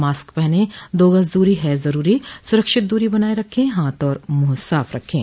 mask पहनें दो गज़ दूरी है ज़रूरी सुरक्षित दूरी बनाए रखें हाथ और मुंह साफ रखें